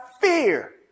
fear